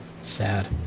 Sad